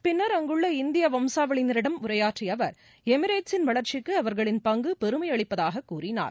பின்னா் அங்குள்ள இந்திய வம்சாவாளியினரிடம் உரையாற்றிய அவா் எமிரேட்ஸின் வளா்ச்சிக்கு அவா்களின் பங்கு பெருமையளிப்பதாக கூறினார்